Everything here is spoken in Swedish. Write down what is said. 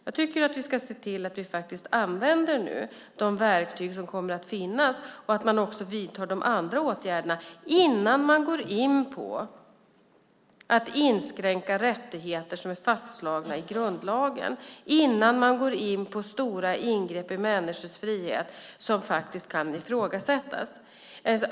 Jag tycker att vi ska se till att man nu använder de verktyg som kommer att finnas och att man också vidtar de andra åtgärderna innan man inskränker rättigheter som är fastslagna i grundlagen, innan man gör stora ingrepp i människors frihet som faktiskt kan ifrågasättas.